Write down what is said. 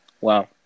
wow